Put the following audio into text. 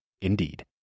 Indeed